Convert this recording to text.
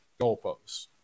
goalposts